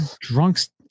drunks